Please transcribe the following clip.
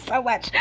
i watch, yeah